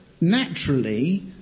naturally